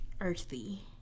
earthy